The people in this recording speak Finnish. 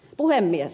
puhemies